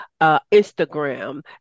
Instagram